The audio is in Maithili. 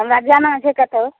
हमरा जाना छै कतहुँ